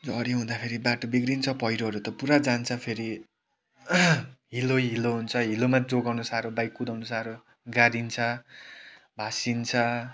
झरी हुँदाखेरि बाटो बिग्रिन्छ पैह्रोहरू त पुरा जान्छ फेरि हिलो हिलो हुन्छ हिलोमा जोगाउनु साह्रो बाइक कुदाउनु साह्रो गाडिन्छ भासिन्छ